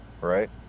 right